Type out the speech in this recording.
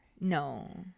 No